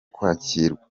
kwakirwa